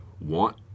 want